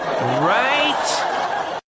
Right